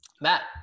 Matt